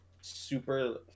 super